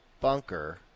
bunker